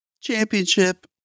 Championship